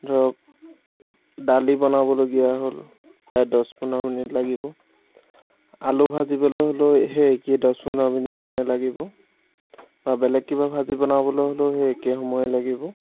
ধৰক দালি বনাবলগীয়া হ'ল প্ৰায় দহ পোন্ধৰ মিনিট লাগিব আলু ভাজিবলৈয়ো হ'লেও সেই একেই দহ পোন্ধৰ মিনিট মানেই লাগিব আৰু বেলেগ কিবা ভাজি বনাবলৈ হ'লেও সেই একেই সময়ে লাগিব